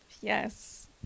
Yes